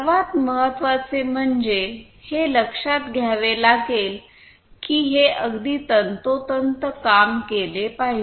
सर्वात महत्त्वाचे म्हणजे हे लक्षात घ्यावे लागेल की हे अगदी तंतोतंत काम केले पाहिजे